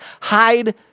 hide